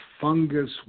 fungus